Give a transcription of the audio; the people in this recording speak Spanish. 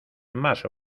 más